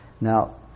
Now